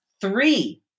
three